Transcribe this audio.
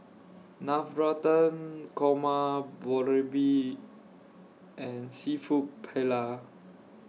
Navratan Korma Boribap and Seafood Paella